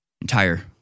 entire